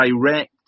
direct